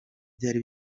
byari